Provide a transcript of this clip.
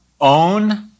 Own